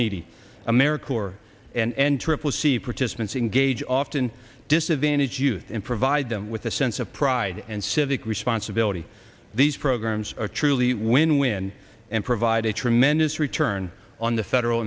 needy america corps and triple c participants engage often disadvantaged youth and provide them with a sense of pride and civic responsibility these programs are truly win win and provide a tremendous return on the federal